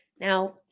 Now